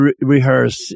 rehearse